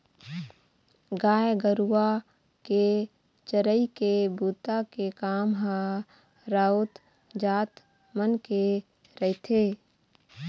गाय गरुवा के चरई के बूता के काम ह राउत जात मन के रहिथे